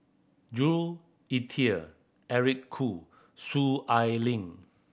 Jules Itier Eric Khoo Soon Ai Ling